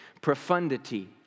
profundity